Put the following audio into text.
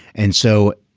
and so